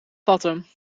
vatten